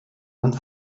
und